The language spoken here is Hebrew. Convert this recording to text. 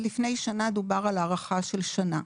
לפני שנה דובר על הארכה של שנה.